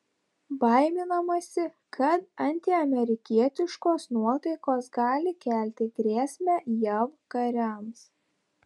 baiminamasi kad antiamerikietiškos nuotaikos gali kelti grėsmę jav kariams